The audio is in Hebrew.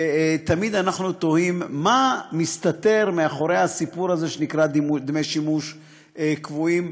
תמיד אנחנו תוהים מה מסתתר מאחורי הסיפור הזה שנקרא דמי שימוש קבועים,